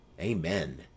Amen